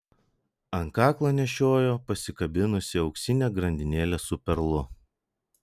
ant kaklo nešiojo pasikabinusi auksinę grandinėlę su perlu